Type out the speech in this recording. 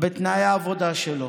בתנאי העבודה שלו.